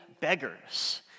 beggars